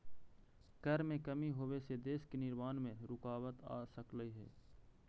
कर में कमी होबे से देश के निर्माण में रुकाबत आ सकलई हे